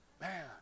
Man